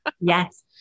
yes